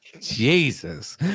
Jesus